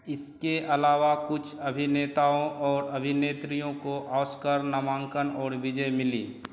इसके अलावा कुछ अभिनेताओं और अभिनेत्रियों को ऑस्कर नामांकन और विजय मिली